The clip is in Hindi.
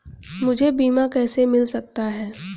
मुझे बीमा कैसे मिल सकता है?